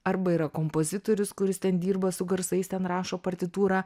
arba yra kompozitorius kuris ten dirba su garsais ten rašo partitūrą